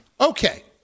Okay